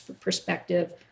perspective